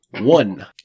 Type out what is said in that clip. One